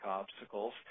obstacles